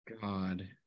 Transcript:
God